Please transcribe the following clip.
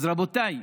אז רבותיי,